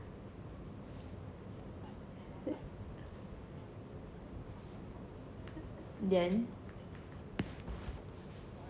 then